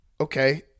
okay